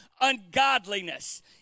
ungodliness